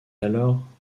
alors